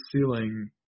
ceiling